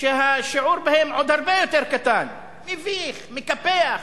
שהשיעור בהם עוד הרבה יותר קטן, מביך, מקפח,